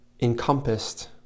encompassed